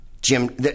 Jim